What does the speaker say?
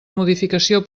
modificació